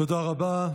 תודה רבה.